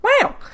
Wow